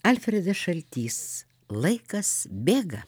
alfredas šaltys laikas bėga